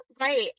right